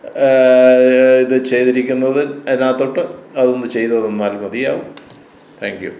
ഇത് ചെയ്തിരിക്കുന്നത് അതിനകത്തോട്ട് അതൊന്ന് ചെയ്തുതന്നാൽ മതിയാവും താങ്ക് യു